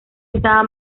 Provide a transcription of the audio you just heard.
estaba